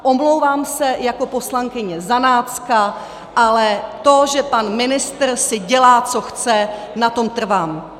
Omlouvám se jako poslankyně za nácka, ale to, že pan ministr si dělá, co chce, na tom trvám!